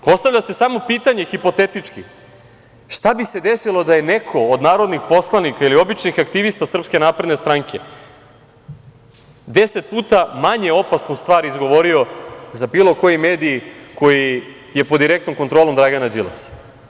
Postavlja se samo pitanje, hipotetički, šta bi se desilo da je neko od narodnih poslanika ili običnih aktivista SNS deset puta manje opasnu stvar izgovorio za bilo koji medij koji je pod direktnom kontrolom Dragana Đilasa?